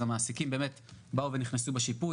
המעסיקים נכנסו בשיפוי,